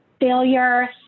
failure